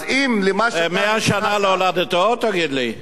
אז אם, 100 שנה להולדתו, תגיד לי?